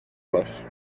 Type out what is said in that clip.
los